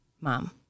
mom